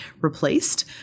replaced